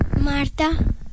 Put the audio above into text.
Marta